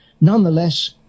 Nonetheless